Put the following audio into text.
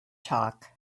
talk